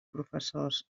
professors